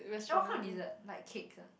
eh what kind of dessert like cakes ah